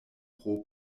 pro